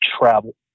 travel